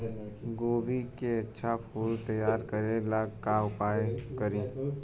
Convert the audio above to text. गोभी के अच्छा फूल तैयार करे ला का उपाय करी?